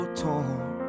torn